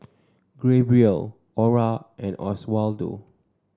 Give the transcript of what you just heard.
Gabriel Ora and Oswaldo